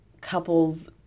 couples